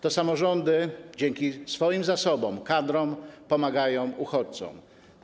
To samorządy dzięki swoim zasobom, kadrom pomagają uchodźcom.